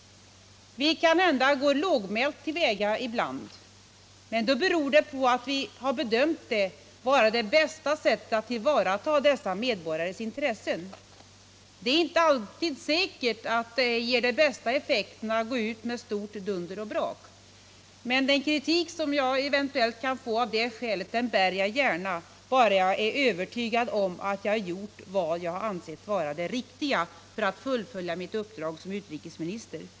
Vi kanhända går lågmält till väga ibland. Men då beror det på att vi bedömt det vara bästa sättet att tillvarata dessa medborgares intressen. Det är inte alltid säkert att det ger de bästa effekterna att gå ut med stort dunder och brak. Men den kritik jag eventuellt kan få av det skälet att jag inte gör så bär jag gärna, bara jag är övertygad om att jag har gjort vad jag anser vara det riktiga för att fullfölja mitt uppdrag som utrikesminister.